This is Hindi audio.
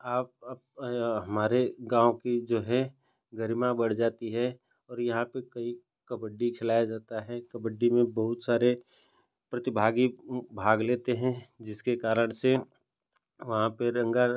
आप हमारे गाँव की जो है गरिमा बढ़ जाती है और यहाँ पर कहीं कबड्डी खिलाई जाती है कबड्डी में बहुत सारे प्रतिभागी भाग लेते हैं जिसके कारण से वहाँ पर रंगा